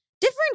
Different